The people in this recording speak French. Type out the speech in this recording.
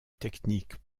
technique